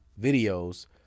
videos